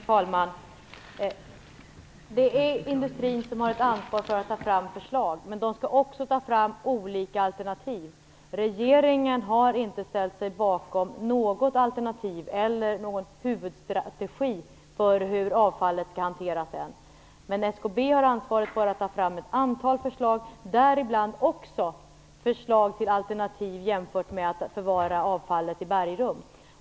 Fru talman! Det är industrin som har ett ansvar att ta fram förslag, men industrin skall också ta fram olika alternativ. Regeringen har ännu inte ställt sig bakom något alternativ eller någon huvudstrategi för hur avfallet skall hanteras. SKB har ansvaret för att ta fram ett antal förslag, däribland också förslag till alternativ till att förvara avfallet i bergrum.